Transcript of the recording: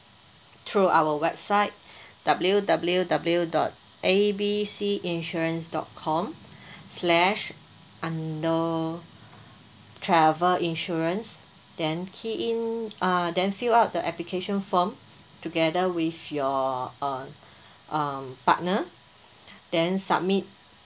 through our website W_W_W dot A B C insurance dot com slash under travel insurance then key in uh then fill up the application form together with your uh uh partner then submit